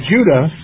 Judah